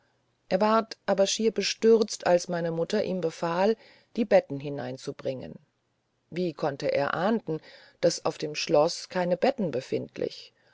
er ward aber schier bestürzt als meine mutter ihm befahl die betten hineinzubringen wie konnte er ahnden daß auf dem schlosse keine betten befindlich